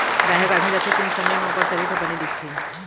गाय ह गाभिन रथे तेन समे म ओकर सरीर ह बने दिखथे